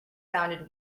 sounded